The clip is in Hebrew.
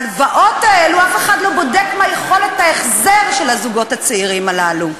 ואף אחד לא בודק מה יכולת ההחזר של הזוגות הצעירים הללו.